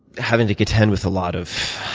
having to contend with a lot of